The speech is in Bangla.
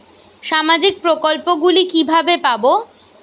সামাজিক প্রকল্প গুলি কিভাবে পাব?